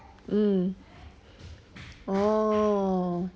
mm oh